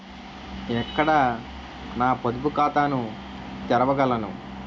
ఎక్కడ నా పొదుపు ఖాతాను తెరవగలను?